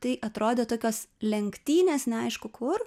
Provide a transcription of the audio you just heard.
tai atrodė tokios lenktynės neaišku kur